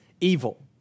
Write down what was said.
evil